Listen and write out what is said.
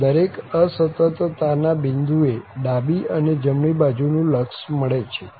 આમ દરેક અસતતા ના બિંદુ એ ડાબી અને જમણી બાજુનું લક્ષ મળે છે